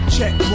Check